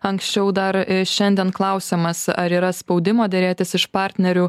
anksčiau dar šiandien klausiamas ar yra spaudimo derėtis iš partnerių